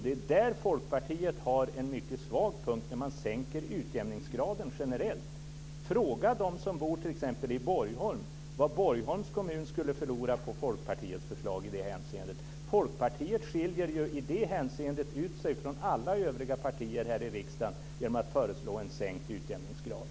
Det är där Folkpartiet har en mycket svag punkt, när man generellt sänker utjämningsgraden. Fråga dem som bor t.ex. i Borgholm vad Borgholms kommun skulle förlora på Folkpartiets förslag i det hänseendet. Folkpartiet skiljer sig från alla övriga partier här i riksdagen genom att föreslå en sänkt utjämningsgrad.